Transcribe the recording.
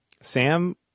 Sam